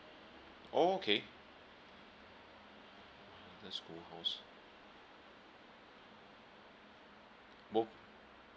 okay little school house both